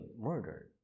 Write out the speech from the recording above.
murdered